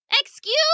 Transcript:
Excuse